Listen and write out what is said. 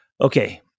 Okay